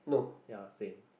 ya same